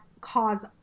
cause